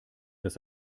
das